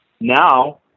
now